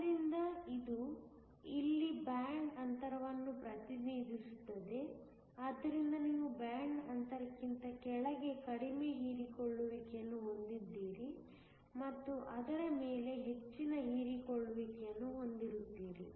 ಆದ್ದರಿಂದ ಇದು ಇಲ್ಲಿ ಬ್ಯಾಂಡ್ ಅಂತರವನ್ನು ಪ್ರತಿನಿಧಿಸುತ್ತದೆ ಆದ್ದರಿಂದ ನೀವು ಬ್ಯಾಂಡ್ ಅಂತರಕ್ಕಿಂತ ಕೆಳಗೆ ಕಡಿಮೆ ಹೀರಿಕೊಳ್ಳುವಿಕೆಯನ್ನು ಹೊಂದಿದ್ದೀರಿ ಮತ್ತು ಅದರ ಮೇಲೆ ಹೆಚ್ಚಿನ ಹೀರಿಕೊಳ್ಳುವಿಕೆಯನ್ನು ಹೊಂದಿರುತ್ತೀರಿ